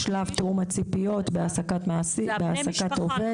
למשל: תיאום הציפיות בהעסקת עובד,